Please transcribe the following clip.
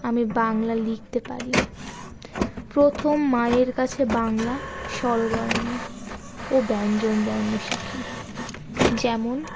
আমি বাংলা লিখতে পারি প্রথম মায়ের কাছে বাংলা স্বরবর্ণ ও ব্যঞ্জন বর্ণ শিখি যেমন